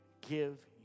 give